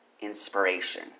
inspiration